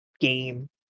game